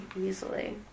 Easily